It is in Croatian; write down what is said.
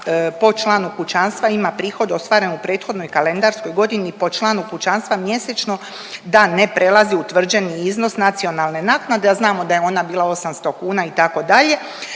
po članu kućanstva ima prihod ostvaren u prethodnoj kalendarskoj godini po članu kućanstva mjesečno da ne prelazi utvrđeni iznos nacionalne naknade, a znamo da je ona bila 800 kuna itd.,